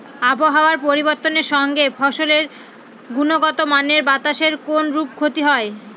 আবহাওয়ার পরিবর্তনের সঙ্গে ফসলের গুণগতমানের বাতাসের কোনরূপ ক্ষতি হয়?